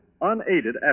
unaided